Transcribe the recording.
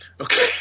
Okay